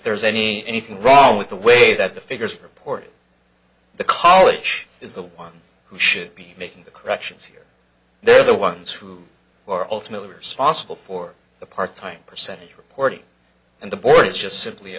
there's any anything wrong with the way that the figures reported the college is the one who should be making the corrections here they're the ones who were ultimately responsible for the part time percentage reporting and the board is just simply